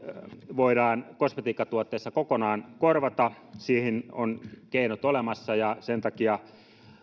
voidaan kosmetiikkatuotteissa kokonaan korvata siihen on keinot olemassa ja sen takia